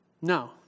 No